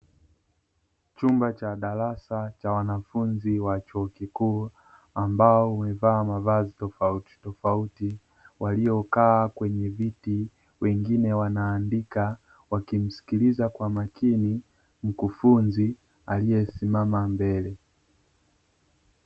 Chumba cha darasa cha wanafunzi wa chuo kikuu ambao wamevaa mavazi ya tofautitofauti, waliokaa kwenye viti. Wengine wanaandika wakimsikiliza mwalimu kwa makini, mkufunzi aliyesimama mbele.